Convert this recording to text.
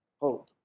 Hope